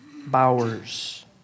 Bowers